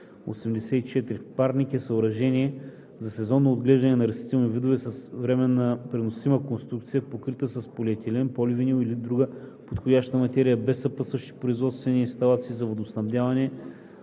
84. „Парник“ е съоръжение за сезонно отглеждане на растителни видове, с временна преносима конструкция, покрита с полиетилен, поливинил или друга подходяща материя, без съпътстващи производствени инсталации за водоснабдяване,